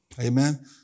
Amen